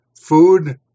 food